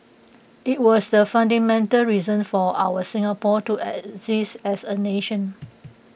IT was the fundamental reason for our Singapore to exist as A nation